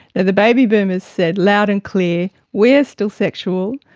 the the baby boomers said loud and clear we're still sexual,